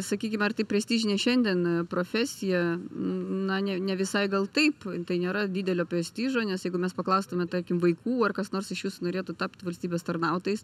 sakykime ar tai prestižinė šiandien profesija na ne ne visai gal taip tai nėra didelio prestižo nes jeigu mes paklaustume tarkim vaikų ar kas nors iš jūsų norėtų tapt valstybės tarnautojais